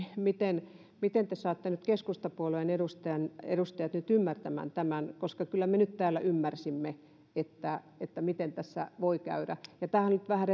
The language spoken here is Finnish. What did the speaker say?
miten miten te saatte nyt keskustapuolueen edustajat ymmärtämään tämän koska kyllä me nyt täällä ymmärsimme miten tässä voi käydä nämä minun kysymykseni olivat nyt vähän